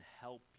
help